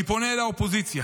אני פונה אל האופוזיציה: